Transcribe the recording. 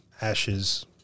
Ashes